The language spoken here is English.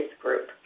group